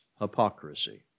hypocrisy